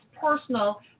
personal